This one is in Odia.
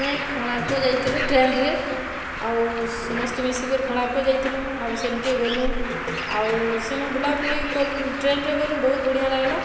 ଆମେ କୋଣାର୍କ ଯାଇଥିଲୁ ଟ୍ରେନ୍ରେ ଆଉ ସମସ୍ତେ ମିଶିକରି କୋଣାର୍କ ଯାଇଥିଲୁ ଆଉ ସେନ୍ କେ ଗଲୁ ଆଉ ସେନୁ ବୁଲାବୁଲି ଟ୍ରେନ୍ରେ ଗଲୁ ବହୁତ୍ ବଢ଼ିଆ ଲାଗ୍ଲା